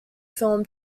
film